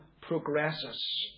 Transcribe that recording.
progresses